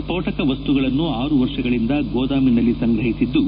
ಸ್ಫೋಟಕ ವಸ್ತುಗಳನ್ನು ಆರು ವರ್ಷಗಳಿಂದ ಗೋದಾಮಿನಲ್ಲಿ ಸಂಗ್ರಹಿಸಿದ್ದು